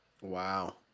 Wow